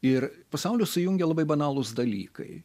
ir pasaulį sujungia labai banalūs dalykai